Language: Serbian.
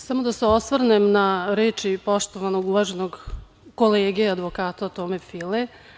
Samo da se osvrnem na reči poštovanog, uvaženog kolege, advokata Tome File.